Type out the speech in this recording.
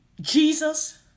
Jesus